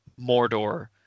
Mordor